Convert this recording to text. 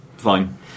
fine